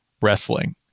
wrestling